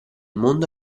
mondo